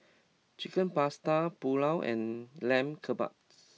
Chicken Pasta Pulao and Lamb Kebabs